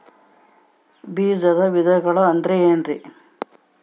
ಬೇಜದ ವಿಧಗಳು ಅಂದ್ರೆ ಏನ್ರಿ?